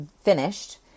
finished